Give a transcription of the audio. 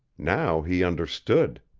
now he understood.